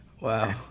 wow